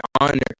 honor